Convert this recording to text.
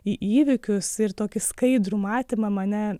į įvykius ir tokį skaidrų matymą mane